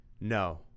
No